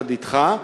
יחד אתך,